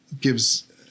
gives